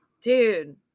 Dude